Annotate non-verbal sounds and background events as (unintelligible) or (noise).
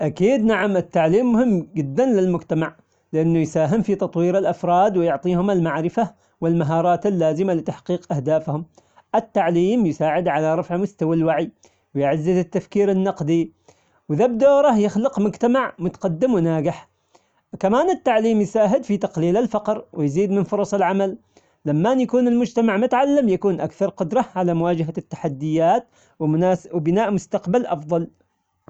أكيد نعم التعليم مهم جدا للمجتمع، لأنه يساهم في تطوير الأفراد ويعطيهم المعرفة والمهارات اللازمة لتحقيق أهدافهم، التعليم يساعد على رفع مستوى الوعي، ويعزز التفكير النقدي، وذا بدوره يخلق مجتمع متقدم وناجح، كمان التعليم (unintelligible) في تقليل الفقر ويزيد من فرص العمل، لمان يكون المجتمع متعلم يكون أكثر قدرة غلى مواجهة التحديات (hesitation) وبناء مستقبل أفضل.